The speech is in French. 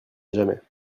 jamais